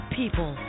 people